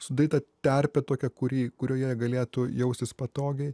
sudaryta terpę tokią kurį kurioje galėtų jaustis patogiai